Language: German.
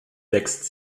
wächst